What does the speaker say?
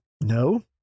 no